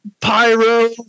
pyro